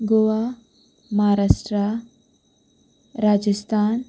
Goa Maharashtra Rajasthan